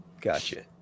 gotcha